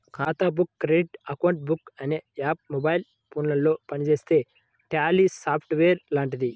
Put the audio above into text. ఖాతా book credit account book అనే app mobile ఫోనులో పనిచేసే ట్యాలీ సాఫ్ట్ వేర్ లాంటిది